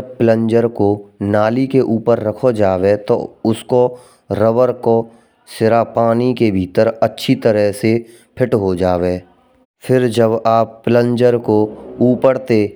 प्लांज़र को नाले के ऊपर रखो जावे तो उसको रबर को सिरा पाने के भीतर अच्छी तरह से फिट हो जावे। फिर जब आप प्लांजर को ऊपर तेई